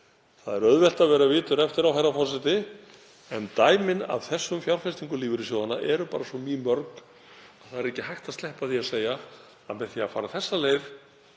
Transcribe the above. Það er auðvelt að vera vitur eftir á, herra forseti, en dæmin af þessum fjárfestingum lífeyrissjóðanna eru bara svo mýmörg að það er ekki hægt að sleppa því að segja að með því að fara þessa leið